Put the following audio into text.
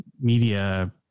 media